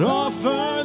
offer